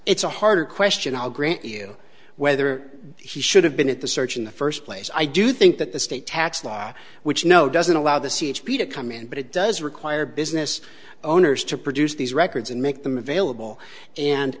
it's a harder question i'll grant you whether he should have been at the search in the first place i do think that the state tax law which no doesn't allow the c h p to come in but it does require business owners to produce these records and make them available and